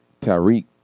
Tariq